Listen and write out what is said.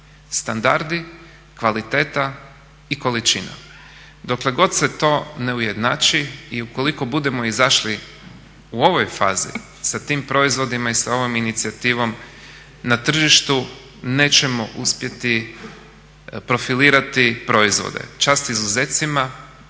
Standardi, kvaliteta i količina. Dokle god se to ne ujednači i ukoliko budemo izašli u ovoj fazi sa tim proizvodima i sa ovom inicijativom na tržištu nećemo uspjeti profilirati proizvode. Čast izuzecima,